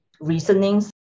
reasonings